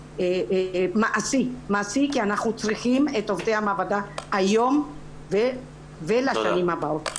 מעשי כי אנחנו צריכים את עובדי המעבדה היום ולשנים הבאות.